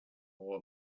war